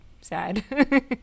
sad